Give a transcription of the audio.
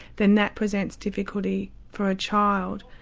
then that presents difficulty for a child,